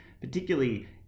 particularly